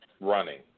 running